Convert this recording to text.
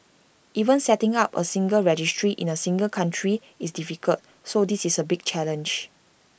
even setting up A single registry in A single country is difficult so this is A big challenge